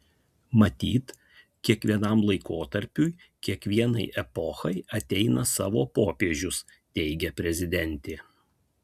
matyt kiekvienam laikotarpiui kiekvienai epochai ateina savo popiežius teigė prezidentė